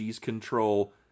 control